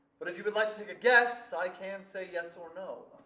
but if you would like to take a guess, i can say yes or no.